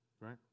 Right